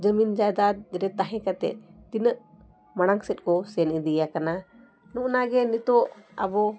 ᱡᱚᱢᱤᱱ ᱡᱟᱭᱫᱟᱨ ᱨᱮ ᱛᱟᱦᱮᱸ ᱠᱟᱛᱮ ᱛᱤᱱᱟᱹᱜ ᱢᱟᱲᱟᱝ ᱥᱮᱫ ᱠᱚ ᱥᱮᱱ ᱤᱫᱤᱭᱟᱠᱟᱱᱟ ᱱᱚᱜᱼᱚᱸᱭ ᱚᱱᱟᱜᱮ ᱱᱤᱛᱚᱜ ᱟᱵᱚ